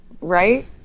Right